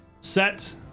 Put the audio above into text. set